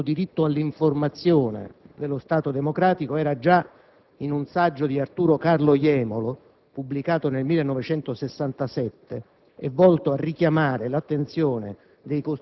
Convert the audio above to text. Un lucido inquadramento teorico di questo diritto all'informazione dello Stato democratico si trova già in un saggio di Arturo Carlo Jemolo, pubblicato nel 1967,